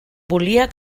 volia